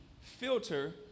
filter